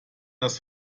das